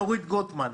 נורית גוטמן,